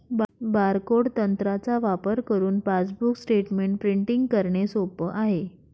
barcode तंत्राचा वापर करुन पासबुक स्टेटमेंट प्रिंटिंग करणे सोप आहे